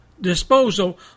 disposal